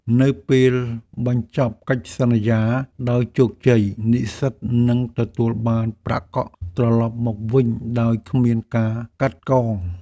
នៅពេលបញ្ចប់កិច្ចសន្យាដោយជោគជ័យ និស្សិតនឹងទទួលបានប្រាក់កក់ត្រឡប់មកវិញដោយគ្មានការកាត់កង។